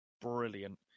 brilliant